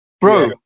Bro